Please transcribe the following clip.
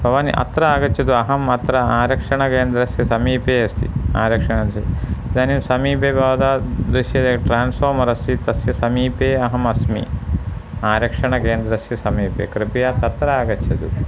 भवान् अत्र आगच्छतु अहम् अत्र आरक्षणकेन्द्रस्य समीपे अस्ति आरक्षणस्य इदानीं समीपे भवता दृश्यते ट्रान्स्फ़ार्मर् अस्ति तस्य समीपे अहम् अस्मि आरक्षणकेन्द्रस्य समीपे कृपया तत्र आगच्छतु